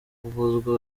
kuvuzwa